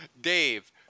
Dave